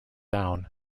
down